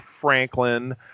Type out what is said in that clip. Franklin